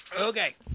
Okay